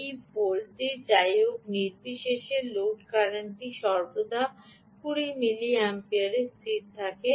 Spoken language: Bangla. এই ভোল্টটি যাইহোক নির্বিশেষে লোড কারেন্টটি সর্বদা 20 মিলিঅ্যাম্পিয়ারে স্থির থাকে